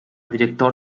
director